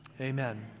amen